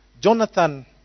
Jonathan